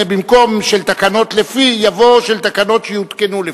במקום "של תקנות לפי" יבוא "של תקנות שיותקנו לפי".